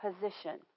position